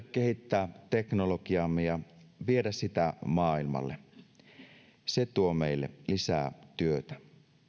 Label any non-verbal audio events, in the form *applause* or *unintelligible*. *unintelligible* kehittää teknologiaamme ja viedä sitä maailmalle se tuo meille lisää työtä